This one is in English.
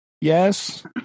Yes